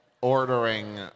ordering